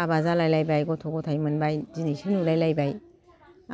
हाबा जालायलायबाय गथ' गथाय मोनबाय दिनैसो नुलाय लायबाय